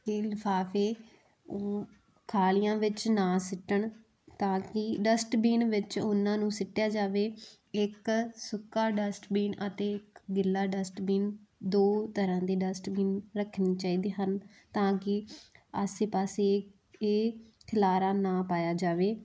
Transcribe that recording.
ਇਹ ਲਿਫਾਫੇ ਖਾਲੀਆਂ ਵਿੱਚ ਨਾ ਸਿੱਟਣ ਤਾਂ ਕਿ ਡਸਟਬੀਨ ਵਿੱਚ ਉਹਨਾਂ ਨੂੰ ਸਿੱਟਿਆ ਜਾਵੇ ਇੱਕ ਸੁੱਕਾ ਡਸਟਬੀਨ ਅਤੇ ਗਿਲਾ ਡਸਟਬਿਨ ਦੋ ਤਰ੍ਹਾਂ ਦੇ ਡਸਟਬਿਨ ਰੱਖਣੇ ਚਾਹੀਦੀ ਹਨ ਤਾਂ ਕਿ ਆਸੇ ਪਾਸੇ ਇਹ ਖਿਲਾਰਾ ਨਾ ਪਾਇਆ ਜਾਵੇ